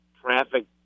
traffic